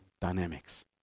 dynamics